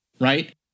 right